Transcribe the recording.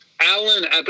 Alan